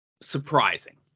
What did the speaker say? surprising